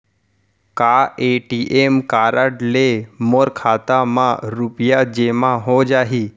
का ATM card ले मोर खाता म रुपिया जेमा हो जाही?